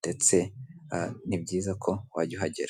ndetse ni byiza ko wajya uhagera.